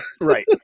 Right